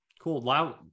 Cool